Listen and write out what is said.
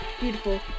Beautiful